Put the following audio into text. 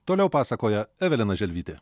toliau pasakoja evelina želvytė